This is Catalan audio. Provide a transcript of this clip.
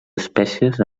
espècies